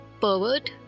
pervert